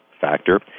factor